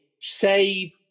save